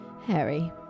Harry